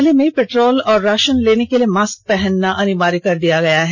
रामगढ़ जिले में पेट्रोल और राषन लेने के लिए मास्क पहनना अनिवार्य कर दिया गया है